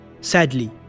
Sadly